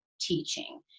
teaching